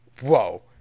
whoa